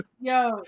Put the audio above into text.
Yo